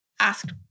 asked